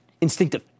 Instinctive